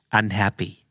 unhappy